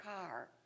car